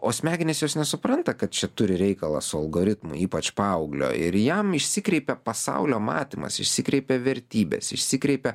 o smegenys jos nesupranta kad čia turi reikalą su algoritmu ypač paauglio ir jam išsikreipia pasaulio matymas išsikreipia vertybės išsikreipia